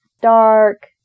dark